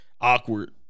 awkward